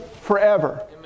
forever